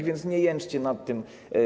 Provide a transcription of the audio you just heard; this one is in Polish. A więc nie jęczcie nad tym.